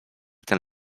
ten